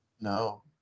no